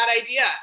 idea